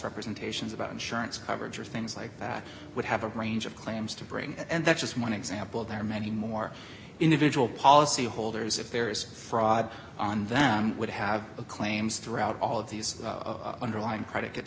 representations about insurance coverage or things like that would have a range of claims to bring and that's just one example there are many more individual policyholders if there is fraud on them would have a claims throughout all of these underlying predicate